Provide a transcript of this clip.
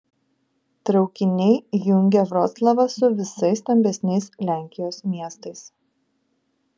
traukiniai jungia vroclavą su visais stambesniais lenkijos miestais